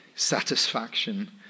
satisfaction